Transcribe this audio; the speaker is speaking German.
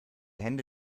hände